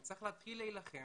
אני צריך להתחיל להילחם